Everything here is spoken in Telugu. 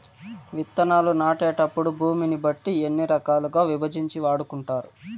విత్తనాలు నాటేటప్పుడు భూమిని బట్టి ఎన్ని రకాలుగా విభజించి వాడుకుంటారు?